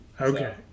Okay